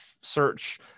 search